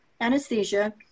anesthesia